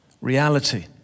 reality